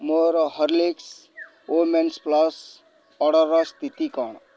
ମୋର Horlicks women's plus ଅର୍ଡ଼ର୍ର ସ୍ଥିତି କ'ଣ